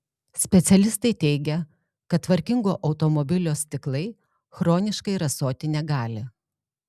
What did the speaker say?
specialistai teigia kad tvarkingo automobilio stiklai chroniškai rasoti negali